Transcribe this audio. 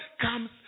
comes